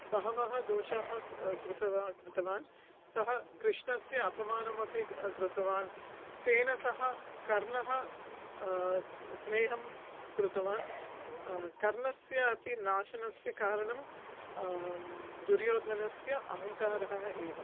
बहवः दोषाः क कृतवान् कृतवान् सः कृष्णस्य अपमानमपि कृतवान् तेन सह कर्णः स्नेहं कृतवान् कर्णस्य अपि नाशनस्य कारणं दुर्योधनस्य अहङ्कारः एव